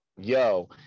yo